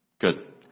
Good